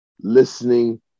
listening